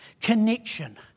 connection